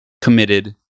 committed